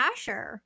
Asher